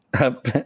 up